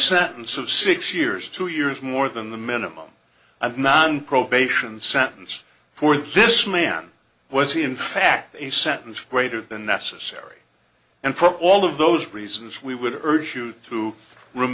sentence of six years two years more than the minimum of non probation sentence for this man was he in fact a sentence greater than necessary and proper all of those reasons we would urge you to r